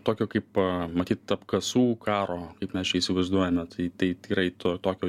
tokio kaip matyt apkasų karo kaip mes įsivaizduojame tai tai tikrai to tokio